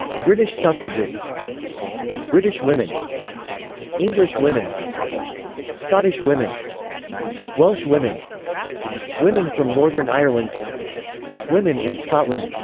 british suffragists british women english women scottish women welsh women women from northern ireland women in scotland